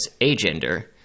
agender